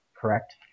Correct